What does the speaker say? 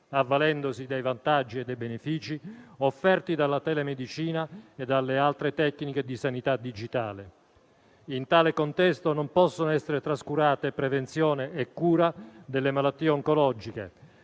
avvalendosi dei vantaggi e dei benefici offerti dalla telemedicina e dalle altre tecniche di sanità digitale. In tale contesto non possono essere trascurate prevenzione e cura delle malattie oncologiche,